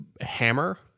hammer